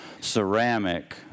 ceramic